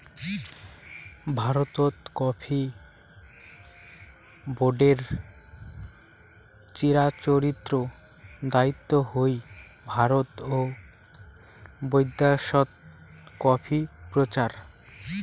ভারতত কফি বোর্ডের চিরাচরিত দায়িত্ব হই ভারত ও বৈদ্যাশত কফি প্রচার